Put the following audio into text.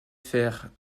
faire